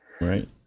right